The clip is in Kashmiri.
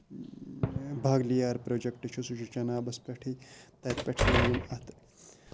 بگلِیار پرٛوجیکٹہٕ چھُ سُہ چھُ چِنابَس پیٚٹھٕے تَتھ پیٚٹھ چھِ یِم اَتھ